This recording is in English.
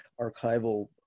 archival